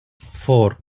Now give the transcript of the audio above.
four